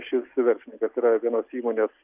šis verslininkas yra vienos įmonės